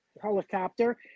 Helicopter